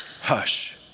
hush